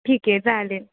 ठीक आहे चालेल